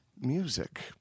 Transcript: Music